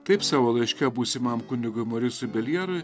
taip savo laiške būsimam kunigui morisui beljerui